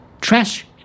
Trash